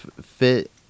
fit